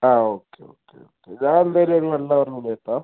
ആ okay okay okay ഞാൻ എന്തായാലും ഒരു വൺ അവറിനുള്ളിൽ എത്താം